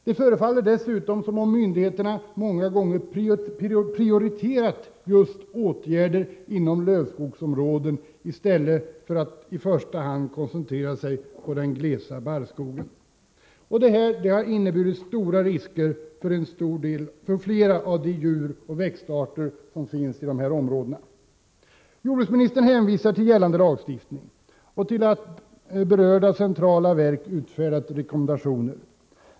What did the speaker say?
Det förefaller som om myndigheterna många gånger prioriterat åtgärder inom lövskogsområden, i stället för att i första hand koncentrera sig på den glesa barrskogen. Detta har inneburit stora risker för flera av de djuroch växtarter som finns i dessa områden. Jordbruksministern hänvisar till gällande lagstiftning och till att berörda centrala verk utfärdat rekommendationer.